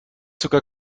sogar